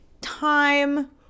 time